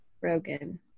Rogan